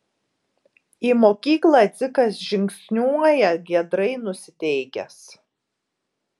į mokyklą dzikas žingsniuoja giedrai nusiteikęs